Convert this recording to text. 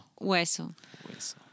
Hueso